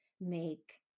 make